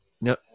No